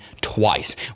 twice